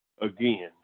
again